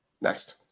Next